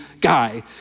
guy